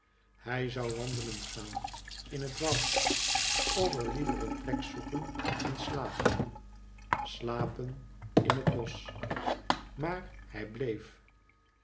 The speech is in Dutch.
hij zou wandelen gaan in het woud of er liever een plek zoeken en slapen slapen in het mos maar hij bleef